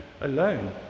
alone